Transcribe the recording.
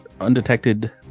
undetected